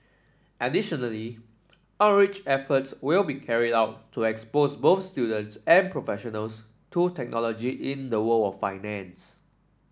additionally outreach efforts will be carried out to expose both students and professionals to technology in the world of finance